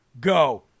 go